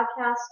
Podcast